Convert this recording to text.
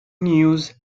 news